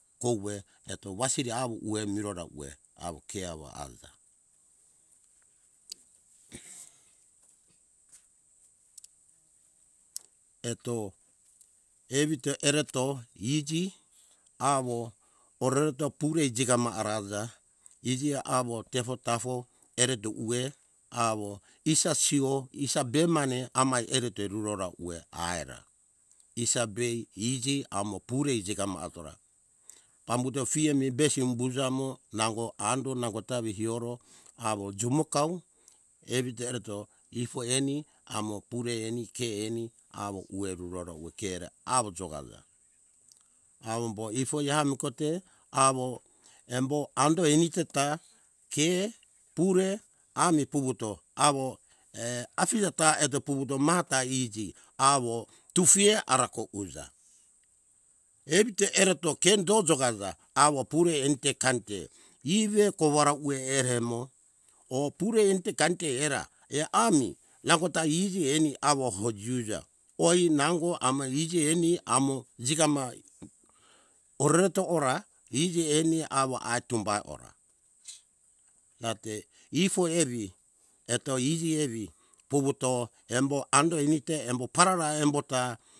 Kouwe eto wasiri awo uwe mire rau uwe awo ke awa aja eto evito ereto iji awo orereto purei jigama arauja ijia awo tefo tafo ereto ue awo isa siwo isa be mane amai erete rurora uwe aera isa be iji amo purei jigama atora pambuto fie mi besi umbuja mo nango ango nango ta mi ioro awo jumu kau evito ereto ifo eni amo pure eni ke eni awo uwe rurora ukera awo jogaja awo bo ufoi ami kote awo embo ando ifi teta tie pure ami puvuto awo err afije ta eto puvuto mata iji awo tufia arako uja evite ereto kan do jagaja awo pure ente kante iji te koara ue ere mo oh pure ente kante era err ami nangota iji jinemi awo fo jiuja ai nango amo iji eni amo jigama korereto ora iji eni awo atumba ora ate ifo evi eto iji evi puvuto embo ando enite embo parara embo ta